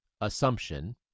assumption